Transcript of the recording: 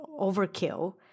overkill